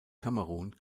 kamerun